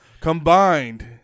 Combined